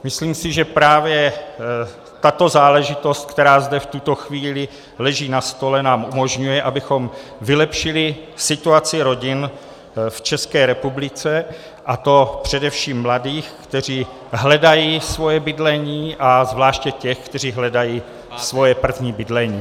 Myslím si, že právě tato záležitost, která zde v tuto chvíli leží na stole, nám umožňuje, abychom vylepšili situaci rodin v České republice, a to především mladých, kteří hledají svoje bydlení, a zvláště těch, kteří hledají svoje první bydlení.